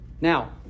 Now